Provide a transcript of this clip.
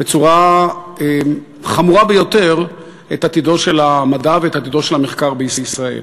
בצורה חמורה ביותר את עתידו של המדע ואת עתידו של המחקר בישראל.